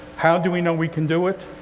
how do we know we can do it?